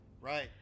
right